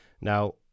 Now